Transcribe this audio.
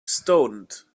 stoned